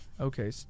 Okay